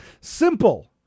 Simple